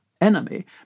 enemy